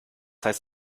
heißt